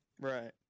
Right